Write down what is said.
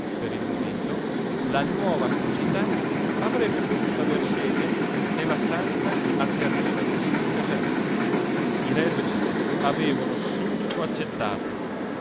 per il momento la nuova società avrebbe potuto aver sede nella stanza a terreno nel suo casalino i reduci avevano subito accettato